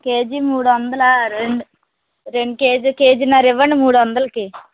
KG మూడు వందలా రెండు రెండు కెజీ కేజీన్నర ఇవ్వండి మూడు వందలకి